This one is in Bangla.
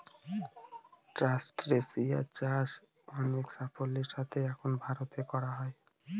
ট্রাস্টেসিয়া চাষ অনেক সাফল্যের সাথে এখন ভারতে করা হয়